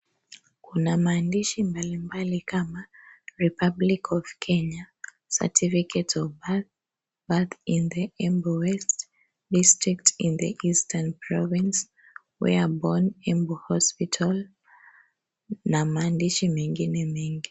Kuna maandishi mbalimbali kama Republic of Kenya, certificate of birth in the Embu West District in the Eastern Province, where born Embu Hospital na maandishi mengine mengi.